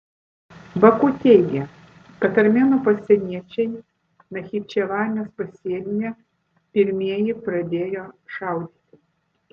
baku teigia kad armėnų pasieniečiai nachičevanės pasienyje pirmieji pradėjo šaudyti